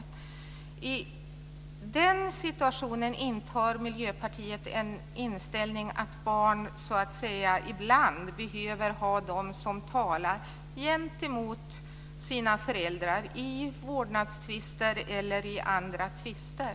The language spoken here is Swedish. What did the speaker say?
I den situationen intar Miljöpartiet inställningen att barn ibland behöver ha någon som talar gentemot deras föräldrar i vårdnadstvister eller i andra tvister.